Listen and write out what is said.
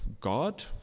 God